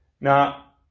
Now